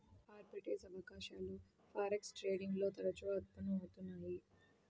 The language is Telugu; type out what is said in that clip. ఆర్బిట్రేజ్ అవకాశాలు ఫారెక్స్ ట్రేడింగ్ లో తరచుగా ఉత్పన్నం అవుతున్నయ్యి